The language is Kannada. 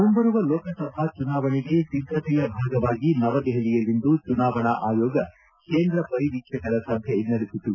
ಮುಂಬರುವ ಲೋಕಸಭಾ ಚುನಾವಣೆಗೆ ಸಿದ್ಧತೆಯ ಭಾಗವಾಗಿ ನವದೆಹಲಿಯಲ್ಲಿಂದು ಚುನಾವಣಾ ಆಯೋಗ ಕೇಂದ್ರ ಪರಿವೀಕ್ಷಕರ ಸಭೆ ನಡೆಸಿತು